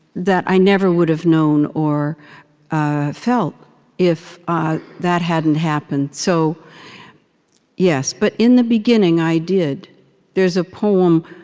that i never would've known or ah felt if that hadn't happened. so yes but in the beginning, i did there's a poem